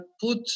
put